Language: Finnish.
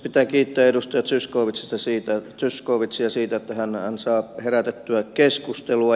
pitää kiittää edustaja zyskowiczia siitä että hän saa herätettyä keskustelua